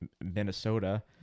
Minnesota